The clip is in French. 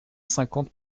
cinquante